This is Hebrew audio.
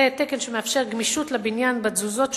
זה תקן שמאפשר גמישות לבניין בתזוזות שלו,